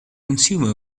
consumer